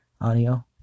audio